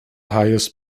highest